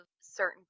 certain